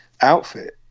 outfit